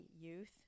youth